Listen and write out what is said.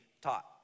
taught